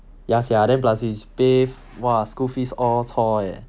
ya sia then plus we pay !wah! school fees all eh